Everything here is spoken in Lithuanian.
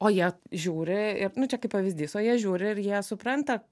o jie žiūri ir nu čia kaip pavyzdys o jie žiūri ir jie supranta